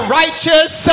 righteous